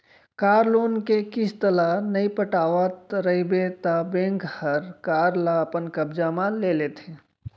car loan के किस्त ल नइ पटावत रइबे त बेंक हर कार ल अपन कब्जा म ले लेथे